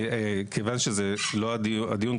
מכיוון שזה לא הנושא של הדיון,